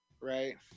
Right